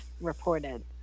reported